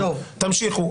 תמשיכו.